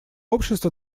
общество